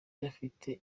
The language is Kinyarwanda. afite